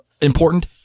important